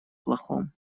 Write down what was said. плохом